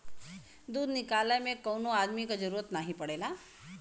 दूध निकाले में कौनो अदमी क जरूरत नाही पड़ेला